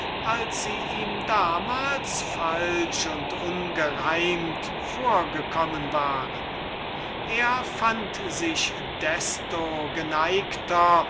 als sie ihm damals falsch und ungereimt vorgekommen waren er fand sich desto geneigter